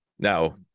Now